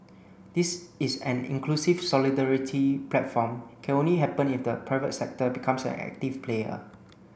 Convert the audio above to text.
this is an inclusive solidarity platform can only happen if the private sector becomes an active player